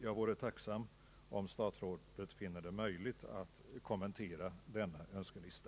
Jag vore tacksam om statsrådet finner det möjligt att kommentera denna önskelista.